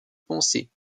pensée